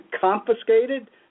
confiscated